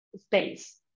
Space